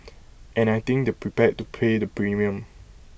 and I think they prepared to pay the premium